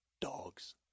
dogs